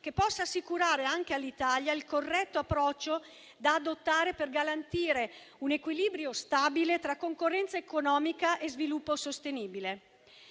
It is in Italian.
che possa assicurare anche all'Italia il corretto approccio da adottare per garantire un equilibrio stabile tra concorrenza economica e sviluppo sostenibile.